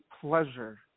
pleasure